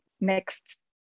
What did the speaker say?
next